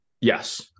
Yes